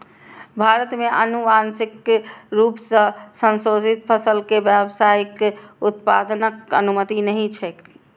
भारत मे आनुवांशिक रूप सं संशोधित फसल के व्यावसायिक उत्पादनक अनुमति नहि छैक